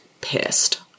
pissed